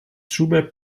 schubert